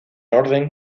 orden